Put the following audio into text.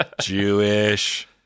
Jewish